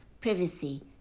Privacy